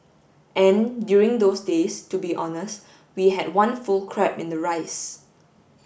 and during those days to be honest we had one full crab in the rice